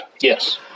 Yes